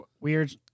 weird